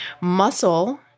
Muscle